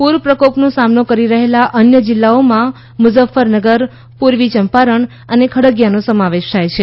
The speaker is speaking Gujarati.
પૂર પ્રકોપનો સામનો કરી રહેલા અન્ય જિલ્લાઓમાં મુજફ્ફરનગર પૂર્વી ચંપારણાને ખગડીયાનો સમાવેશ થાય છે